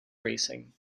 racing